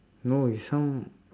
no it's some